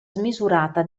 smisurata